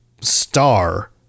star